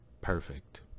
Perfect